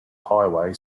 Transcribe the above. highway